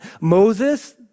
Moses